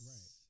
Right